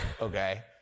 Okay